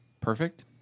perfect